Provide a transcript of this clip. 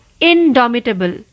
Indomitable